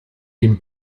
den